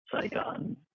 saigon